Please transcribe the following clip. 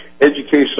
educational